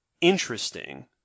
interesting